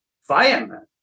fireman